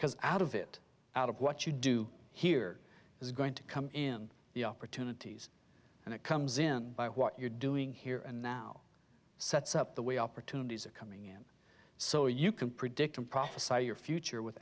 because out of it out of what you do here is going to come in the opportunities and it comes in by what you're doing here and now sets up the way opportunities are coming in so you can predict and prophesied your future with